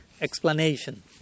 explanation